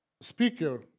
speaker